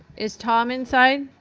is tom inside?